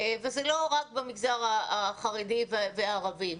וזה לא רק במגזר החרדי והערבי.